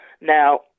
Now